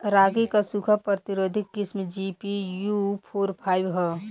रागी क सूखा प्रतिरोधी किस्म जी.पी.यू फोर फाइव ह?